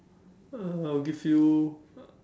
I'll give you